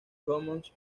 commons